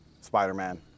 Spider-Man